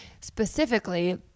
Specifically